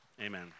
Amen